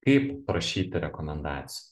kaip prašyti rekomendacijų